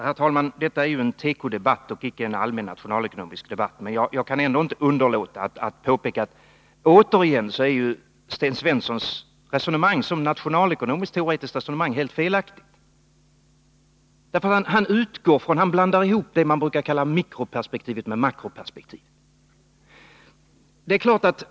Herr talman! Detta är ju en tekodebatt och icke en allmän nationalekonomisk debatt, men jag kan inte underlåta att påpeka återigen att Sten Svenssons resonemang som nationalekonomiskt teoretiskt resonemang är helt felaktigt. Han blandar ihop det man brukar kalla mikroperspektiv med makroperspektivet.